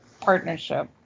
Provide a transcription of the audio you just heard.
partnership